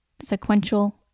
sequential